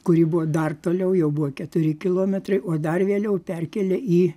kuri buvo dar toliau jau buvo keturi kilometrai o dar vėliau perkėlė į